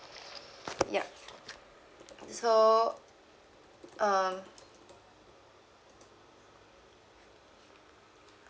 ya so um